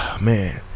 Man